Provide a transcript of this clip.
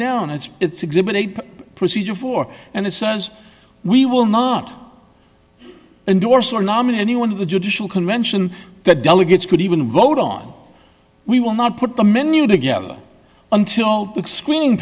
down it's it's exhibit a procedure for and it says we will not endorse or nominate anyone of the judicial convention that delegates could even vote on we will not put the menu together until